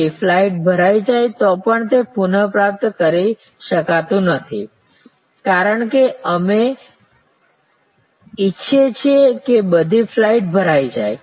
પછીની ફ્લાઇટ ભરાઈ જાય તો પણ તે પુનઃપ્રાપ્ત કરી શકાતું નથી કારણ કે અમે ઈચ્છીએ છીએ કે બધી ફ્લાઈટ્સ ભરાઈ જાય